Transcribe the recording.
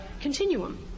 continuum